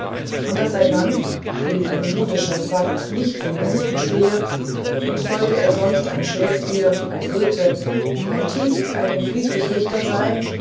und daß ein mann dem ein modischer frack nicht zum besten steht und sollte er sonst ein shakespeare ein goethe ein tieck ein friedrich richter sein